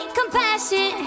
compassion